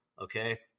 okay